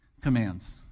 commands